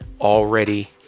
already